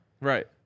Right